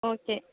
okay